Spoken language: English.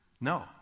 No